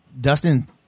Dustin